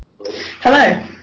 Hello